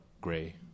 gray